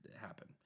happen